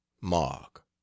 Mark